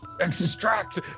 extract